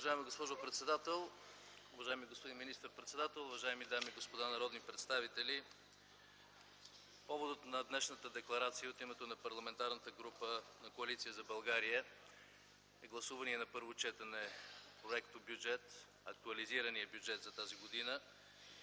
Уважаема госпожо председател, уважаеми господин министър-председател, уважаеми дами и господа народни представители! Поводът на днешната декларация от името на Парламентарната група на Коалиция за България е гласуваният на първо четене проектобюджет, актуализираният бюджет за тази година